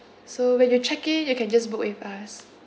so when you check in you can just book with us